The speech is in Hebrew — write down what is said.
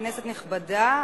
כנסת נכבדה,